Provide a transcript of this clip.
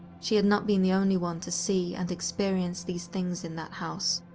she had not been the only one to see and experience these things in that house.